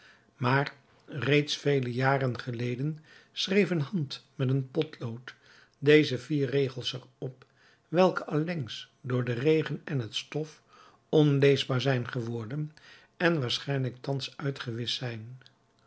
maar reeds vele jaren geleden schreef een hand met een potlood deze vier regels er op welke allengs door den regen en het stof onleesbaar zijn geworden en waarschijnlijk thans uitgewischt zijn